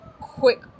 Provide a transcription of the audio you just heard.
quick